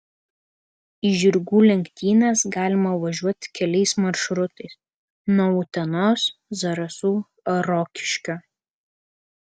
į žirgų lenktynes galima važiuoti keliais maršrutais nuo utenos zarasų ar rokiškio